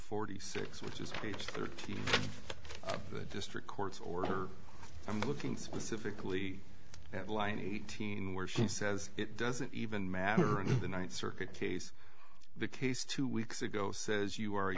forty six which is a third of the district court's order i'm looking specifically at line eighteen where she says it doesn't even matter in the ninth circuit case the case two weeks ago says you are